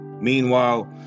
meanwhile